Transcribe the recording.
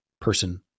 person